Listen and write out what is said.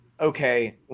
Okay